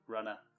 Runner